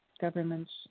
governments